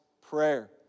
prayer